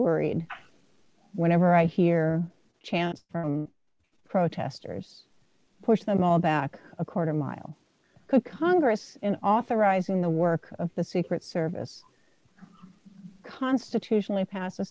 worried whenever i hear chants from protesters push them all back a quarter mile congress in authorizing the work of the secret service constitutionally pass a